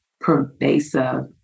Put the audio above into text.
pervasive